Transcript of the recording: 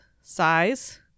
Size